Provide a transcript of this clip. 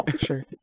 Sure